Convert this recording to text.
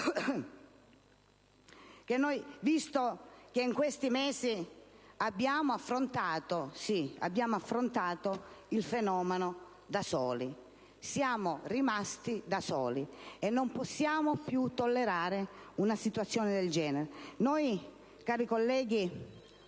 importante. In questi mesi abbiamo affrontato il fenomeno da soli: siamo rimasti da soli. Non possiamo più tollerare una situazione del genere. Cari colleghi,